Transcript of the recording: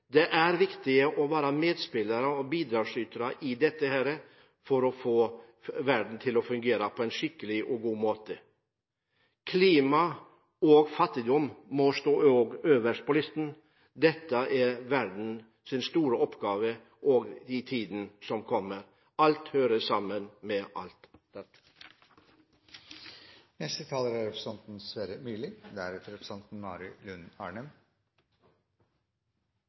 Det er viktig å være medspillere og bidragsytere i dette for å få verden til å fungere på en skikkelig og god måte. Klima og fattigdom må stå øverst på listen. Dette er verdens store oppgaver i tiden som kommer. Alt hører sammen med alt.